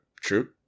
true